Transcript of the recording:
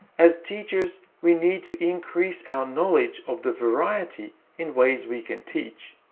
as teachers we need to increase our knowledge of the variety in ways we can teach,